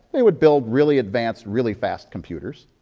they would build really advanced, really fast computers,